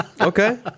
Okay